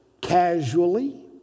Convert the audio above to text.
casually